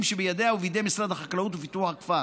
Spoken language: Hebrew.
שבידיה ובידי משרד החקלאות ופיתוח הכפר.